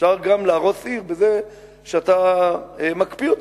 אפשר גם להרוס עיר בזה שאתה מקפיא אותה,